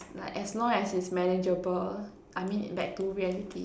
like as long as it's manageable I mean back to reality